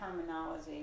terminology